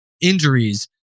injuries